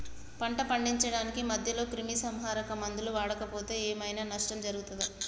పంట పండించడానికి మధ్యలో క్రిమిసంహరక మందులు వాడకపోతే ఏం ఐనా నష్టం జరుగుతదా?